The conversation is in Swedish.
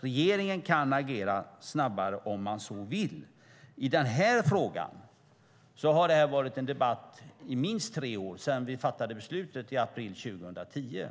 Regeringen kan alltså agera snabbare om man så vill. I denna fråga har det varit debatt i minst tre år, sedan vi fattade beslutet i april 2010.